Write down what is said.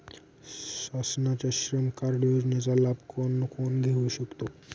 शासनाच्या श्रम कार्ड योजनेचा लाभ कोण कोण घेऊ शकतो?